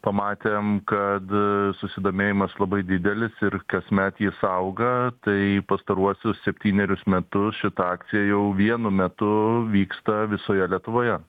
pamatėm kad susidomėjimas labai didelis ir kasmet jis auga tai pastaruosius septynerius metus šita akcija jau vienu metu vyksta visoje lietuvoje